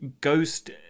ghost